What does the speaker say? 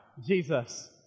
Jesus